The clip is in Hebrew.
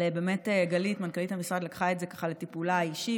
אבל גלית מנכ"לית המשרד לקחה את זה לטיפולה האישית,